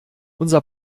unser